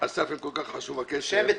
אסף, כל כך חשוב הקשר --- שם ותפקיד.